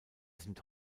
sind